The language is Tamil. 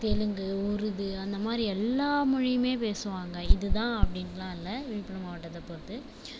தெலுங்கு உருது அந்தமாதிரி எல்லா மொழியுமே பேசுவாங்க இதுதான் அப்படின்லாம் இல்லை விழுப்புரம் மாவட்டத்தை பொறுத்து